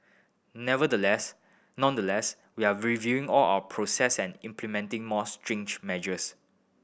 nevertheless nonetheless we are reviewing all our process and implementing more strange measures